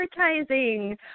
advertising